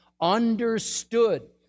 understood